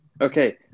Okay